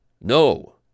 No